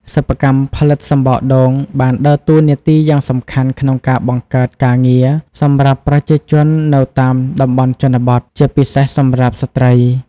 សិប្បកម្មផលិតសំបកដូងបានដើរតួនាទីយ៉ាងសំខាន់ក្នុងការ បង្កើតការងារ សម្រាប់ប្រជាជននៅតាមតំបន់ជនបទ ជាពិសេសសម្រាប់ស្ត្រី។